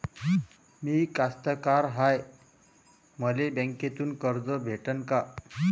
मी कास्तकार हाय, मले बँकेतून कर्ज भेटन का?